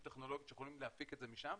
טכנולוגיות שיכולות להפיק את זה משם.